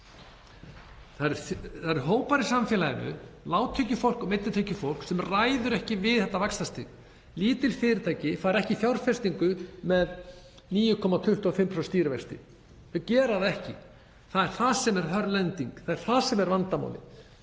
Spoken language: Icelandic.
Það eru hópar í samfélaginu, lágtekjufólk og millitekjufólk, sem ráða ekki við þetta vaxtastig. Lítil fyrirtæki fara ekki í fjárfestingu með 9,25% stýrivexti, þau gera það ekki. Það er hörð lending. Það er það sem er vandamálið.